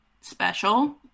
special